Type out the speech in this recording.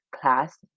class